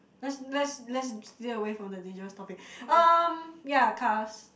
let's let's let's stay away from the dangerous topic erm ya cars